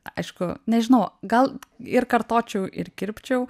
aišku nežinau gal ir kartočiau ir kirpčiau